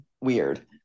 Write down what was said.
weird